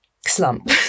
slump